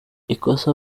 ikosa